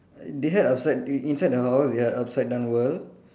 they had outside in~ inside the house they had upside down world